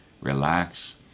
relax